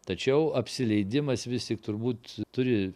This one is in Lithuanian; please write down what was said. tačiau apsileidimas vis tik turbūt turi